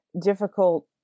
difficult